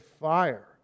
fire